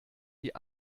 die